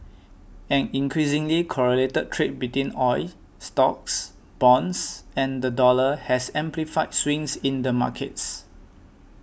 an increasingly correlated trade between oil stocks bonds and the dollar has amplified swings in the markets